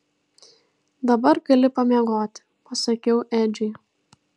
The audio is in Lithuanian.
dabar gali pamiegoti pasakiau edžiui